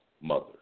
mothers